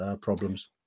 problems